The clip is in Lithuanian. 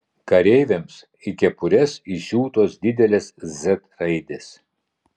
kareiviams į kepures įsiūtos didelės z raidės